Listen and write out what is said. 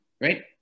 right